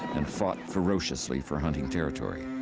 and fought ferociously for hunting territory.